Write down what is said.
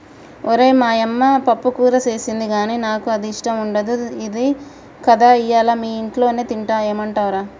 ఓరై మా యమ్మ పప్పుకూర సేసింది గానీ నాకు అది ఇష్టం ఉండదు కదా ఇయ్యల మీ ఇంట్లోనే తింటా ఏమంటవ్ రా